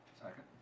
Second